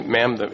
ma'am